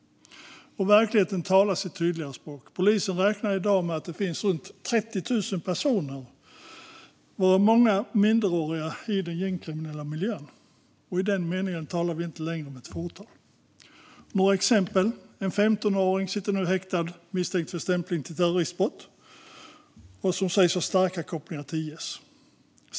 Verkligheten talar sitt tydliga språk. Polisen räknar i dag med att det finns runt 30 000 personer, varav många minderåriga, i den gängkriminella miljön. I den meningen talar vi inte längre om ett fåtal. Låt mig ge några exempel. En 15-åring sitter nu häktad misstänkt för stämpling till terroristbrott och har vad som sägs starka kopplingar till IS.